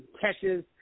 catches